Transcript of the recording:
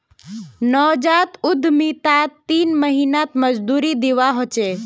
नवजात उद्यमितात तीन महीनात मजदूरी दीवा ह छे